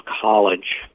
college